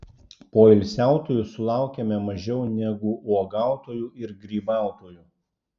poilsiautojų sulaukiame mažiau negu uogautojų ir grybautojų